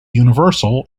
universal